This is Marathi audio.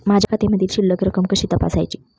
माझ्या खात्यामधील शिल्लक रक्कम कशी तपासायची?